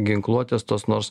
ginkluotės tos nors